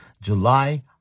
July